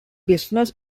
business